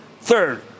Third